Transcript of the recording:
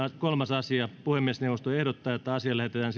kolmas asia puhemiesneuvosto ehdottaa että asia lähetetään